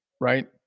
right